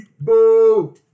Boo